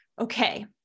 Okay